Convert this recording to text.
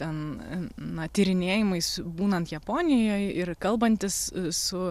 ten na tyrinėjimais būnant japonijoj ir kalbantis su